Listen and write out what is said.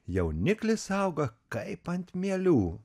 jauniklis auga kaip ant mielių